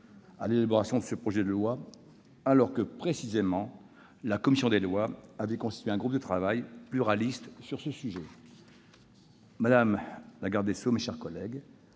à l'élaboration de ce projet de loi, alors que, précisément, la commission des lois avait constitué un groupe de travail pluraliste sur ce sujet. Madame la garde des sceaux, mes chers collègues,